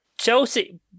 Chelsea